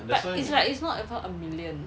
but it's like it's not even a million